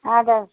اَدٕ حظ